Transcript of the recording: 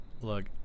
Look